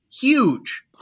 Huge